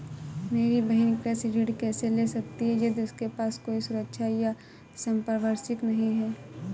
मेरी बहिन कृषि ऋण कैसे ले सकती है यदि उसके पास कोई सुरक्षा या संपार्श्विक नहीं है?